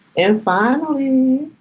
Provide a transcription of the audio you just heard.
and finally,